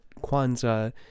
Kwanzaa